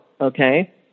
okay